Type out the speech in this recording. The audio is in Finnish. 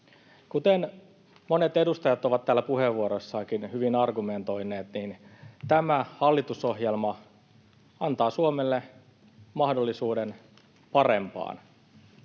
Kuten monet edustajat ovat täällä puheenvuoroissaankin hyvin argumentoineet, tämä hallitusohjelma antaa Suomelle mahdollisuuden parempaan.